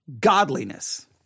godliness